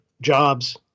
jobs